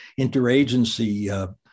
interagency